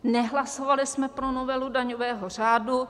Nehlasovali jsme pro novelu daňového řádu.